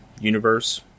universe